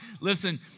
listen